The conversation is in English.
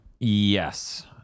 Yes